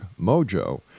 Mojo